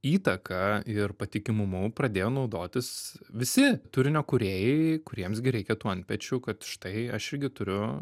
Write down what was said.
įtaka ir patikimumu pradėjo naudotis visi turinio kūrėjai kuriems gi reikia tų antpečių kad štai aš irgi turiu